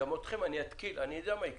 אני יודע מה יקרה,